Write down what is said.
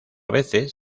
veces